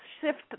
shift